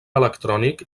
electrònic